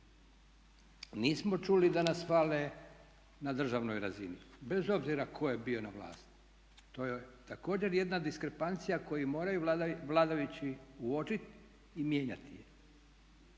Nismo čuli da nas hvale na državnoj razini, bez obzira tko je bio na vlasti. To je također jedna diskrepancija koju moraju vladajući uočiti i mijenjati je.